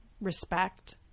respect